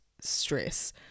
stress